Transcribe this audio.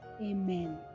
Amen